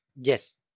Yes